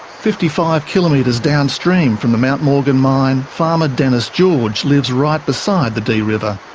fifty five kilometres downstream from the mount morgan mine, farmer denis george lives right beside the dee river.